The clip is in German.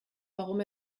warum